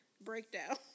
Breakdown